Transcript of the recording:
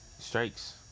strikes